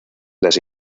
las